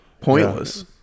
pointless